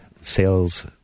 sales